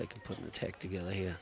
they can put the tech together here